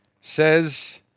says